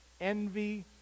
envy